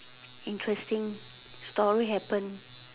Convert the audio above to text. interesting story happen